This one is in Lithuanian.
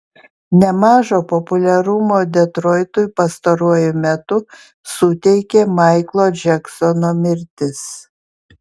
nemažo populiarumo detroitui pastaruoju metu suteikė maiklo džeksono mirtis